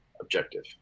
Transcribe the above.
objective